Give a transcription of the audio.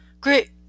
Great